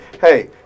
hey